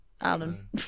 Alan